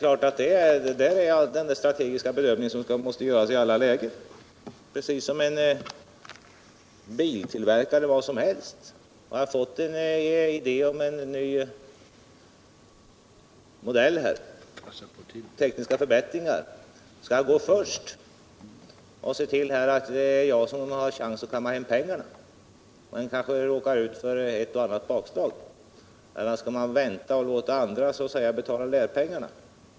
Ja, det är en strategisk bedömning som måste göras i alla lägen, precis som en biltillverkare måste göra. Har han fått en idé om en ny modell med tekniska förbättringar, så frågar han sig om han skall ta chansen att komma först och kamma hem pengarna men samtidigt utsätta sig för risken av ett bakslag, elier om han skall vänta och låta andra betala lärpengarna.